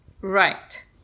Right